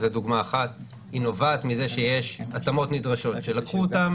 נובעת מזה שיש התאמות נדרשות שלקחו אותן